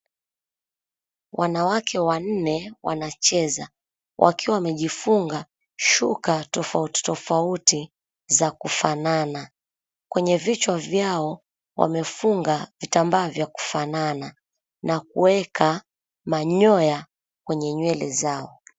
Wanawake wanne wanacheza wakiwa wamejifunga shuka tofauti tofauti za kufanana. Kwenye vichwa vyao wamefunga vitambaa vya kufanana na kuweka manyoya kwenye nywele zao.